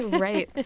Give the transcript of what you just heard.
right?